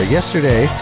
Yesterday